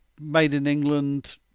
made-in-England